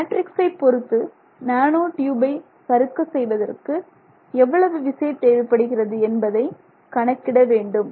மேட்ரிக்ஸை பொறுத்து நானோ ட்யூபை சறுக்க செய்வதற்கு எவ்வளவு விசை தேவைப்படுகிறது என்பதை கணக்கிட வேண்டும்